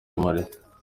mpore